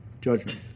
Judgment